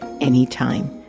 anytime